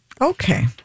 okay